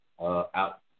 Out